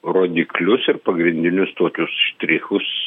rodiklius ir pagrindinius tokius štrichus